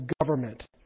government